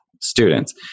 students